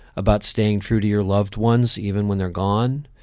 about staying true to your loved ones, even when they're gone,